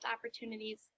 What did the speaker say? opportunities